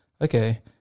okay